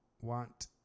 want